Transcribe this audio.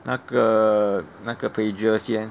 那个那个 pager 先